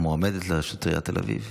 בבקשה, המועמדת לראשות עיריית תל אביב.